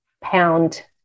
pound